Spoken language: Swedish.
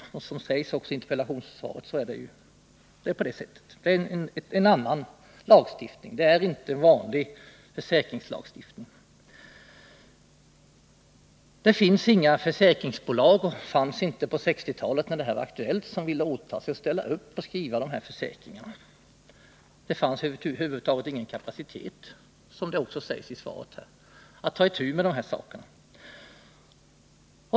Det sägs klart i interpellationssvaret. Det är en annan lagstiftning som gäller här, inte den vanliga försäkringslagstiftningen. Det fanns inga försäkringsbolag på 1960-talet, när det här var aktuellt, som ville ställa upp och skriva sådana här försäkringar. Det fanns över huvud taget ingen kapacitet, som det också sägs i svaret, att ta itu med sakerna.